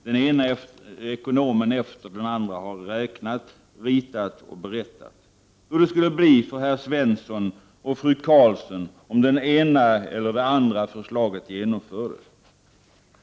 Den ena ekonomen efter den andra har räknat, ritat och berättat hur det skulle bli för herr Svensson och fru Karlsson om det ena eller det andra förslaget genomfördes.